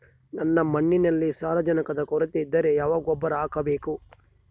ನನ್ನ ಮಣ್ಣಿನಲ್ಲಿ ಸಾರಜನಕದ ಕೊರತೆ ಇದ್ದರೆ ಯಾವ ಗೊಬ್ಬರ ಹಾಕಬೇಕು?